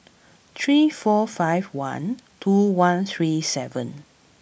three four five one two one three seven